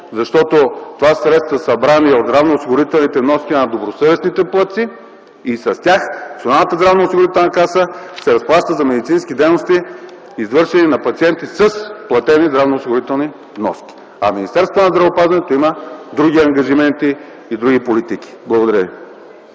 Защото това са средства събрани от здравноосигурителните вноски на добросъвестните платци и с тях Националната здравноосигурителна каса ще разплаща за медицински дейности, извършени на пациенти с платени здравноосигурителните вноски, а Министерството на здравеопазването има други ангажименти и други политики. Благодаря ви.